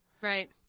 Right